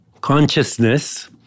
consciousness